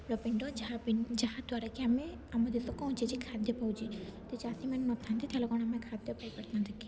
ମୂଳ ପିଣ୍ଡ ଯାହା ପି ଯାହା ଦ୍ଵାରା କି ଆମେ ଆମ ଦେଶ ଖାଦ୍ୟ ପାଉଛି ଯଦି ଚାଷୀମାନେ ନଥାନ୍ତେ ତାହାହେଲେ କ'ଣ ଆମେ ଖାଦ୍ୟ ପାଇପାରିଥାନ୍ତେ କି